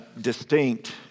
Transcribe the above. distinct